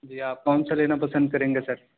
جی آپ کون سا لینا پسند کریں گے سر